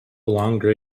longer